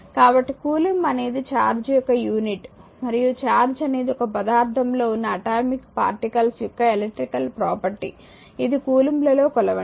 కాబట్టి కూలుంబ్ అనేది ఛార్జ్ యొక్క యూనిట్ మరియు ఛార్జ్ అనేది ఒక పదార్ధం లో ఉన్న అటామిక్ పార్టికల్స్ యొక్క ఎలక్ట్రికల్ ప్రాపర్టీ ఇది కూలంబ్ లలో కొలవండి